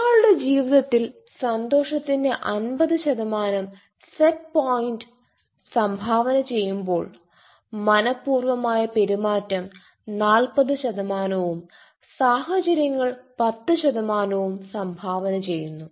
ഒരാളുടെ ജീവിതത്തിൽ സന്തോഷത്തിന്റെ അൻപത് ശതമാനം സെറ്റ് പോയിന്റ് സംഭാവന ചെയ്യുമ്പോൾ മനഃ പൂർവമായ പെരുമാറ്റം നാൽപത് ശതമാനവും സാഹചര്യങ്ങൾ പത്ത് ശതമാനവും സംഭാവന ചെയ്യുന്നു